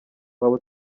waba